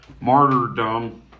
martyrdom